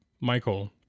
Michael